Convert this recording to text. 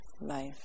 life